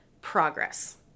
progress